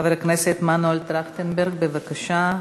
חבר הכנסת מנואל טרכטנברג, בבקשה.